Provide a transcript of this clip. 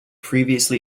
previously